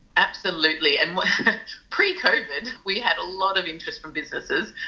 absolutely, and pre-covid we had a lot of interest from businesses.